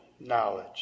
knowledge